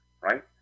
Right